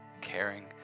caring